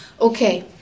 okay